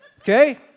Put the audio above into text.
okay